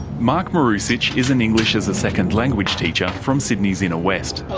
mark marusic is an english as a second language teacher from sydney's inner west.